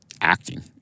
acting